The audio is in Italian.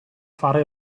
fare